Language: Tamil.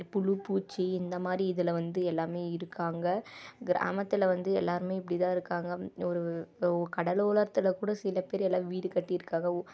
புழு பூச்சி இந்த மாரி இதுல வந்து எல்லாமே இருக்காங்க கிராமத்தில் வந்து எல்லோருமே இப்படி தான் இருக்காங்க ஒரு கடலோரத்தில் கூட சில பேர் எல்லாம் வீடு கட்டியிருக்காங்க